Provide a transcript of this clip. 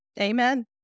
amen